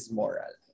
moral